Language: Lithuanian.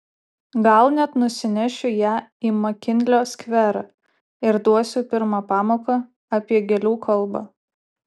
gal net nusinešiu ją į makinlio skverą ir duosiu pirmą pamoką apie gėlių kalbą